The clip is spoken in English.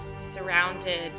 surrounded